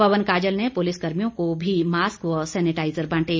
पवन काजल ने पुलिस कर्मियों को मास्क व सैनिटाईजर भी बांटे